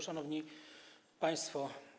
Szanowni Państwo!